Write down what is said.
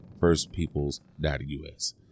firstpeoples.us